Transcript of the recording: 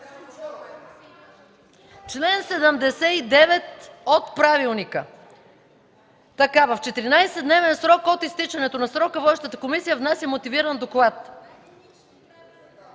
Чл. 79 от правилника: „В 14-дневен срок от изтичането на срока, водещата комисия внася мотивиран доклад...”